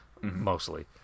mostly